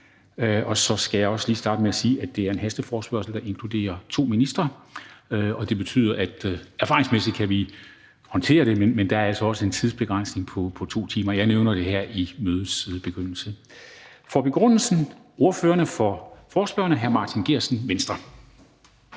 Og så skal jeg også lige starte med at sige, at det er en hasteforespørgsel, der inkluderer to ministre. Erfaringsmæssigt kan vi håndtere det, men det betyder, at der altså er en tidsbegrænsning på 2 timer. Jeg nævner det her i mødets begyndelse. For begrundelse af forespørgslen er det ordføreren for forespørgerne, hr. Martin Geertsen, Venstre.